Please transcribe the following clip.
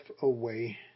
away